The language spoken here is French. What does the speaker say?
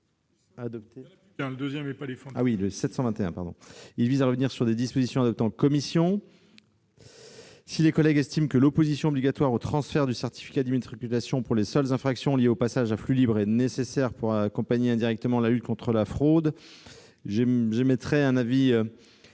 vise à revenir sur des dispositions adoptées en commission. Si nos collègues estiment que l'opposition obligatoire au transfert du certificat d'immatriculation pour les seules infractions liées au passage en flux libre est nécessaire pour accompagner indirectement la lutte contre la fraude, j'émettrai un avis